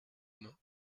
main